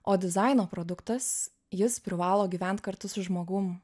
o dizaino produktas jis privalo gyvent kartu su žmogum